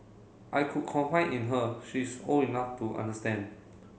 I could confide in her she is old enough to understand